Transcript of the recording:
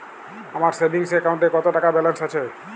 আমার সেভিংস অ্যাকাউন্টে কত টাকা ব্যালেন্স আছে?